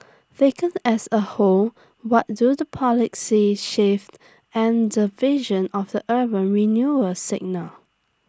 taken as A whole what do the policy shifts and the vision of the urban renewal signal